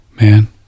man